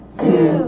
two